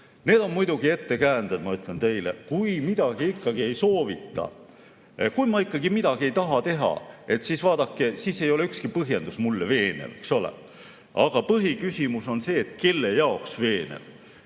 Need on muidugi ettekäänded, ma ütlen teile. Kui midagi ikkagi ei soovita, kui ma midagi ikka ei taha teha, vaadake, siis ei ole ükski põhjendus mulle veenev, eks ole. Aga põhiküsimus on see, kelle jaoks veenev.